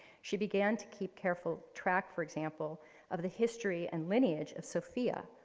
she began to keep careful track for example of the history and lineage of sophia,